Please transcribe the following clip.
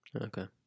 Okay